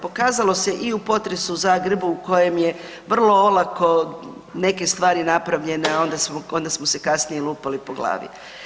Pokazalo se i u potresu u Zagrebu u kojem je vrlo olako neke stvari napravljene, a onda smo se kasnije lupali po glavi.